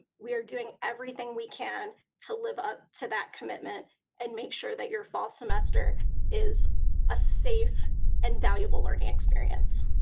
we are doing everything we can to live up to that commitment and make sure that your fall semester is a safe and valuable learning experience.